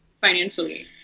financially